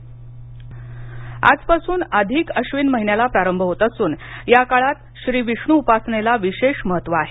अधिक मास आज पासून अधिक अश्विन महिन्याला प्रारंभ होत असून या काळात श्री विष्णू उपासनेला विशेष महत्व आहे